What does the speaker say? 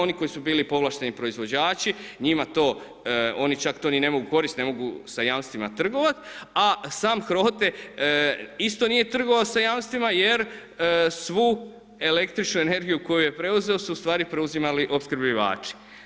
Oni koji su bilo povlašteni proizvođači njima to, oni to čak ni ne mogu koristiti ne mogu sa jamstvima trgovati, a sam HROTE isto nije trgovao sa jamstvima jer svu električnu energiju koju je preuzeo su ustvari preuzimali opskrbljivači.